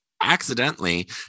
accidentally